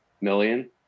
million